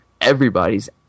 everybody's